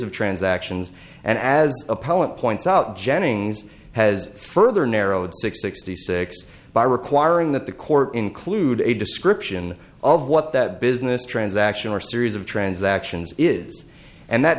of transactions and as a poet points out jennings has further narrowed six sixty six by requiring that the court include a description of what that business transaction or series of transactions is and that